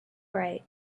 right